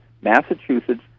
Massachusetts